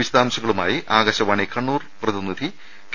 വിശദാംശങ്ങളുമായി ആകാശവാണി കണ്ണൂർ ജില്ലാ പ്രതിനിധി കെ